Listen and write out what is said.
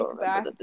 back